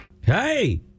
Hey